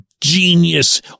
genius